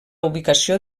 ubicació